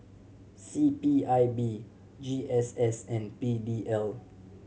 C P I B G S S and P D L